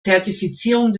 zertifizierung